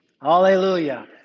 hallelujah